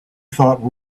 thought